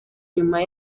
nyuma